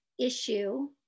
issue